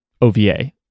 OVA